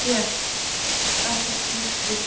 کیٚنٛہہ آچھا ٹھیٖک ٹھیٖک